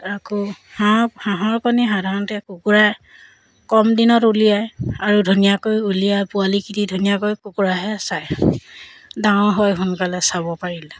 আকৌ হাঁহ হাঁহৰ কণী সাধাৰণতে কুকুৰাই কম দিনত উলিয়াই আৰু ধুনীয়াকৈ উলিয়াই পোৱালীখিনি ধুনীয়াকৈ কুকুৰাইহে চায় ডাঙৰ হয় সোনকালে চাব পাৰিলে